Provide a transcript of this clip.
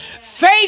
faith